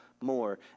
more